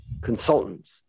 consultants